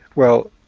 well,